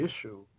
issue